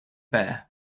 bear